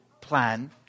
plan